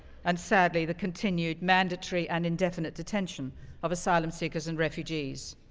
and sadly the continued mandatory and indefinite detention of asylum seekers and refugees.